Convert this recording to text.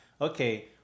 okay